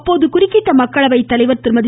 அப்போது குறுக்கிட்ட மக்களவைத் தலைவர் திருமதி